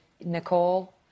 Nicole